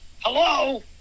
hello